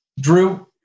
Drew